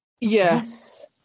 Yes